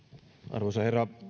arvoisa herra